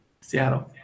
Seattle